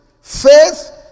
Faith